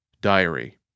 Diary